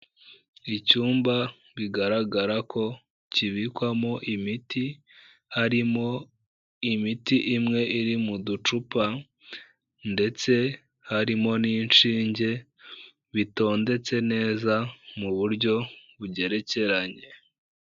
Icyumba bigaragara ko kibikwamo imiti, harimo imiti imwe iri mu ducupa ndetse harimo n'inshinge, bitondetse neza mu buryo bugerekeranye.